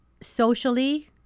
socially